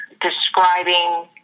describing